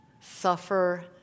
suffer